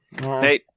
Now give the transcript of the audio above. Hey